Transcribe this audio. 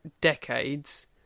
decades